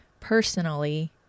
personally